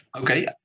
Okay